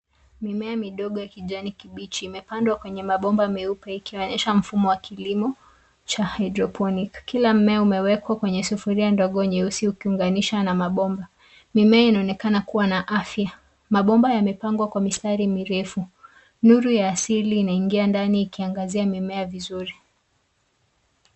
Mimea midogo ya kijani kibichi imepandwa kwenye mabomba meupe ikionyesha mfumo wa kilimo cha hydroponic . Kila mmea umewekwa kwenye sufuria ndogo nyeusi ukiunganisha na mabomba. Mimea inaonekana kuwa na afya. Mabomba yamepangwa kwa mistari mirefu. Nuru ya asili inaingia ndani ikiangazia mimea vizuri.